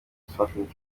dysfunction